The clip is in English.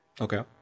Okay